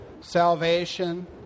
salvation